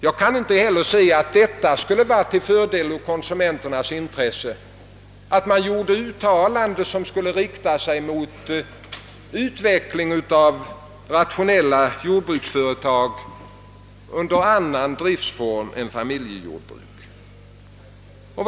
Jag kan inte heller se att det skulle vara till fördel från konsumenternas synpunkt att man gjorde uttalanden som riktade sig mot en utveckling av rationella jordbruksföretag under annan driftsform än familjejordbruk.